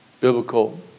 biblical